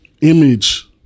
image